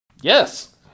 Yes